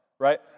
Right